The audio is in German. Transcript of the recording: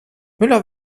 müller